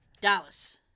Dallas